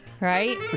right